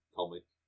comic